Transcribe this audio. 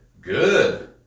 Good